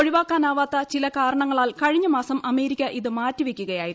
ഒഴിവാക്കാനാവാത്ത ചില കാരണങ്ങളാൽ കഴിഞ്ഞ മാസം അമേരിക്ക ഇത് മാറ്റിവയ്ക്കുകയായിരുന്നു